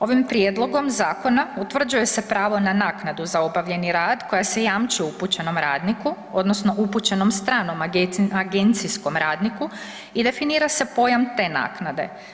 Ovim prijedlogom zakona utvrđuje se pravo na naknadu za obavljeni rad koja se jamči upućenom radniku odnosno stranom agencijskom radniku i definira se pojam te naknade.